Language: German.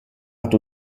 hat